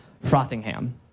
Frothingham